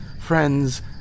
friends